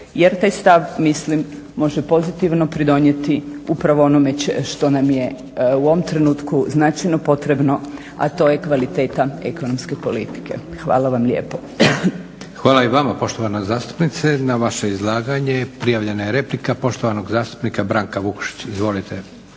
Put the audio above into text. jer taj stav mislim može pozitivno pridonijeti upravo onome što nam je u ovom trenutku značajno potrebno, a to je kvaliteta ekonomske politike. Hvala vam lijepo. **Leko, Josip (SDP)** Hvala i vama poštovana zastupnice. Na vaše izlaganje prijavljena je replika poštovanog zastupnik Branka Vukšića. Izvolite